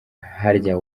harya